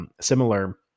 similar